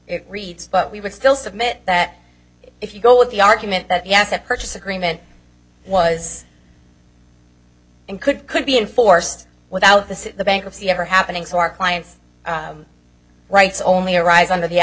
reads but we would still submit that if you go with the argument that yes that purchase agreement was and could could be enforced without the bankruptcy ever happening so our client's rights only arise under the